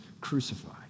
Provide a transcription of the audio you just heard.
crucified